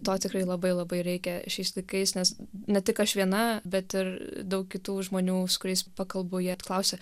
to tikrai labai labai reikia šiais laikais nes ne tik aš viena bet ir daug kitų žmonių su kuriais pakalbu jie klausia